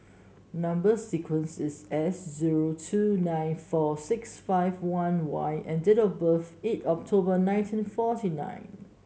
number sequence is S zero two nine four six five one Y and date of birth eight October nineteen forty nine